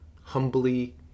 humbly